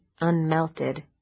unmelted